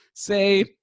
say